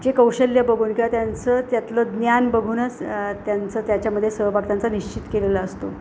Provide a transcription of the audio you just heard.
जे कौशल्य बघून किंवा त्यांचं त्यातलं ज्ञान बघूनच त्यांचं त्याच्यामध्ये सहभाग त्यांचा निश्चित केलेला असतो